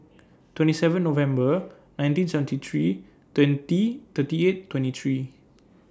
twenty seven November nineteen seventy three twenty thirty eight twenty three